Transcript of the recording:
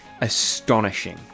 astonishing